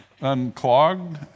unclogged